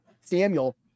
Samuel